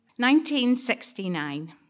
1969